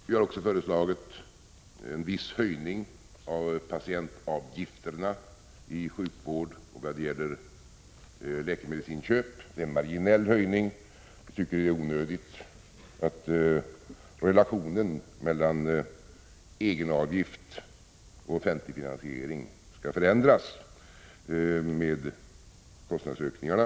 Vi har också föreslagit en viss höjning av patientavgifterna i sjukvård och vid läkemedelsinköp. Det gäller en marginell höjning. Det är onödigt, tycker vi, att relationen mellan egenavgift och offentlig finansiering skall förändras med kostnadsökningarna.